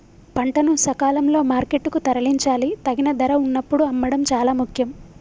పంటను సకాలంలో మార్కెట్ కు తరలించాలి, తగిన ధర వున్నప్పుడు అమ్మడం చాలా ముఖ్యం